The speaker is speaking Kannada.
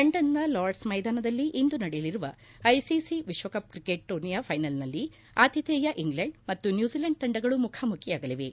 ಲಂಡನ್ನ ಲಾರ್ಡ್ಸ್ ಮೈದಾನಲ್ಲಿ ಇಂದು ನಡೆಯಲಿರುವ ಐಸಿಸಿ ವಿಶ್ವಕಪ್ ಕ್ರಿಕೆಟ್ ಟೂರ್ನಿಯ ಫೈನಲ್ನಲ್ಲಿ ಆತಿಥೇಯ ಇಂಗ್ಲೆಂಡ್ ಮತ್ತು ನ್ಯೂಜಲೆಂಡ್ ತಂಡಗಳು ಮುಖಾಮುಖಿಯಾಗಲಿವೆ